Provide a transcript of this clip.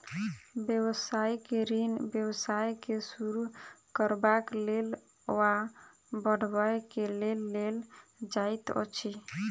व्यवसायिक ऋण व्यवसाय के शुरू करबाक लेल वा बढ़बय के लेल लेल जाइत अछि